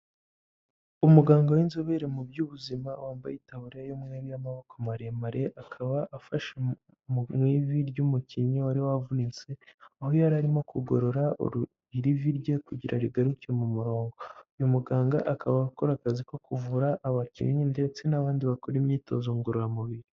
Umuganga w'inzobere mu by'ubuzima wambaye itaburiya y'umweru y'amaboko maremare, akaba mu ivi ry'umukinnyi wari wavunitse, aho yari arimo kugorora iri vi rye kugira rigaruke mu murongo, uyu muganga akaba akora akazi ko kuvura abakinnyi ndetse n'abandi bakora imyitozo ngororamubiri.